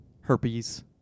Herpes